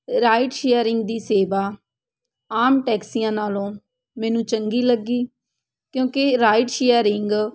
ride sharing ਦੀ ਸੇਵਾ ਆਮ ਟੈਕਸੀਆਂ ਨਾਲੋਂ ਮੈਨੂੰ ਚੰਗੀ ਲੱਗੀ ਕਿਉਂਕਿ ਰਾਈਡ ਸ਼ੇਅਰਿੰਗ